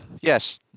yes